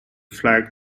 flag